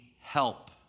help